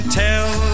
tell